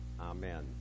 Amen